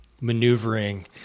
maneuvering